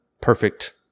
perfect